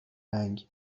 رنگ